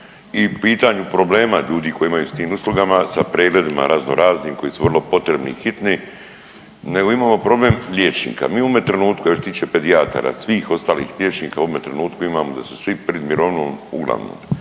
i pitanju problema ljudi koji imaju s tim uslugama, sa pregledima raznoraznim koji su vrlo potrebni i hitni nego imamo problem liječnika. Mi u ovome trenutku i što se tiče pedijatara, svih ostalih liječnika u ovome trenutku imamo da su svi pred mirovinom uglavnom.